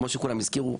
כמו שכולם הזכירו.